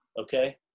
Okay